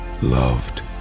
loved